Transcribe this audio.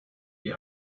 die